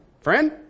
Friend